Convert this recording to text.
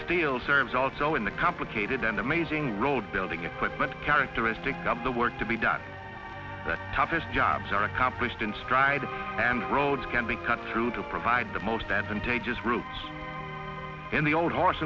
steel serves also in the complicated and amazing road building a quick but characteristic of the work to be done the toughest jobs are accomplished in stride and roads can be cut through to provide the most advantageous routes in the old horse